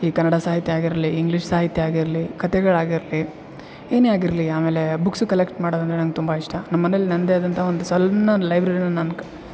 ಈ ಕನ್ನಡ ಸಾಹಿತ್ಯ ಆಗಿರಲಿ ಇಂಗ್ಲಿಷ್ ಸಾಹಿತ್ಯ ಆಗಿರಲಿ ಕತೆಗಳಾಗಿರಲಿ ಏನೇ ಆಗಿರಲಿ ಆಮೇಲೆ ಬುಕ್ಸ್ ಕಲೆಕ್ಟ್ ಮಾಡೋದಂದರೆ ನಂಗೆ ತುಂಬ ಇಷ್ಟ ನಮ್ಮ ಮನೇಲಿ ನಂದೇ ಆದಂಥ ಒಂದು ಸಣ್ಣ ಲೈಬ್ರೆರಿನ ನಾನು